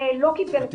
לא קיבל את